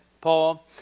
Paul